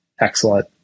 excellent